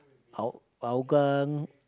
hou~ Hougang